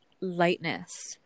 lightness